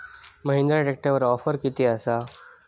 महिंद्रा ट्रॅकटरवर ऑफर किती आसा?